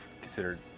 considered